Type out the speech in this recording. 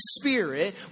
spirit